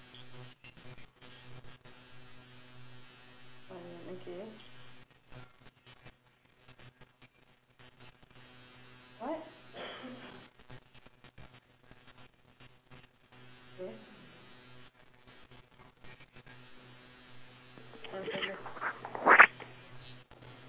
why what okay what okay ah சொல்லு:sollu